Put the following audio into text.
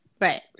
right